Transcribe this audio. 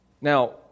now